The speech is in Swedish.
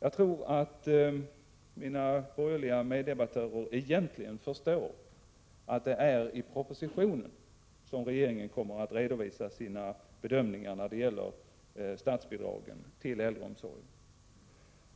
Jag tror att mina borgerliga meddebattörer egentligen förstår att det är i propositionen som regeringen kommer att redovisa sina bedömningar när det gäller statsbidragen till äldreomsorgen.